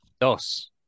Dos